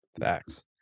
Facts